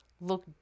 look